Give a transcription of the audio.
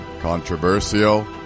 Controversial